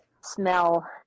smell